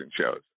shows